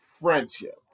friendship